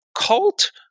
cult